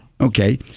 Okay